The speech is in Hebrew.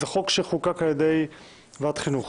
זה חוק שחוקק על-ידי ועדת חינוך